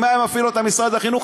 אם היה מפעיל אותן משרד החינוך,